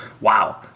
Wow